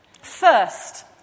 First